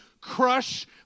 crush